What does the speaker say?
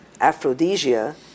Aphrodisia